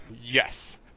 yes